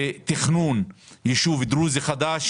לתכנון ישוב דרוזי חדש.